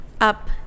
up